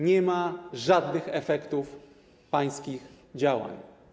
Nie ma żadnych efektów pańskich działań.